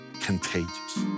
contagious